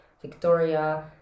Victoria